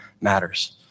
matters